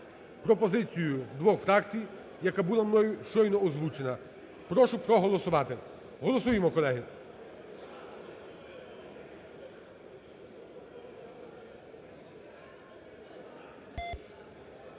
Прошу проголосувати. Голосуємо, колеги.